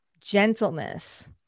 gentleness